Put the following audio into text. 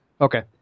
Okay